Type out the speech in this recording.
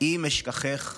אם אשכחך ירושלים".